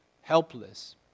helpless